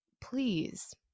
please